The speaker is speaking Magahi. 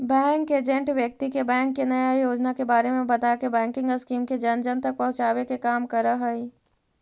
बैंक एजेंट व्यक्ति के बैंक के नया योजना के बारे में बताके बैंकिंग स्कीम के जन जन तक पहुंचावे के काम करऽ हइ